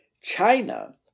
China